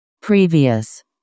Previous